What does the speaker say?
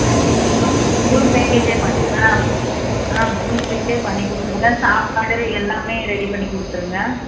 ஆ full full பேக்கேஜே பண்ணி ஆ ஆ ஃபுல் பேக்கேஜ் பண்ணிக் கொடுத்துருங்க சாப்பாடு எல்லாம் ரெடி பண்ணிக் கொடுத்துருங்க